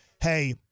hey